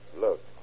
Look